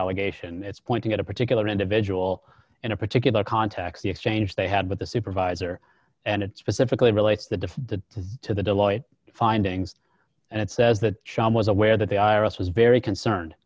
allegation it's pointing at a particular individual in a particular context the exchange they had with the supervisor and it specifically relates the to the deloitte findings and it says that shawn was aware that the i r s was very concerned